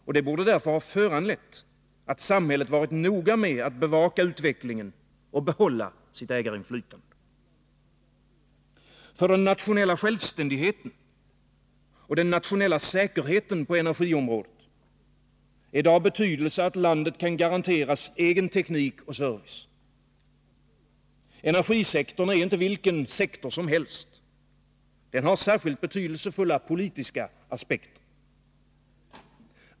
Detta borde därför ha föranlett att samhället varit noga med att bevaka utvecklingen och behålla sitt ägarinflytande. För den nationella självständigheten och den nationella säkerheten på energiområdet är det av betydelse att landet kan garanteras egen teknik och service. Energisektorn är inte vilken sektor som helst — den har särskilt betydelsefulla politiska aspekter.